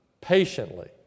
Patiently